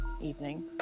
evening